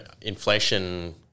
inflation